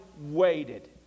waited